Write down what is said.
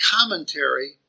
commentary